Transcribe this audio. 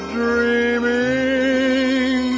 dreaming